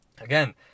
again